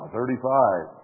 Thirty-five